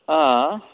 हांआं